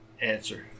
answer